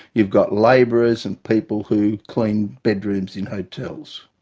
you've got labourers and people who clean bedrooms in hotels.